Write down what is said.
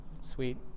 Sweet